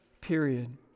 period